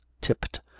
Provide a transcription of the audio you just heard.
tipped